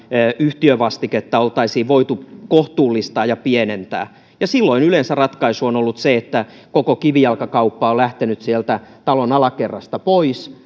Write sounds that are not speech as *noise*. yhtiövastiketta oltaisiin voitu kohtuullistaa ja pienentää silloin yleensä ratkaisu on ollut se että koko kivijalkakauppa on lähtenyt sieltä talon alakerrasta pois *unintelligible*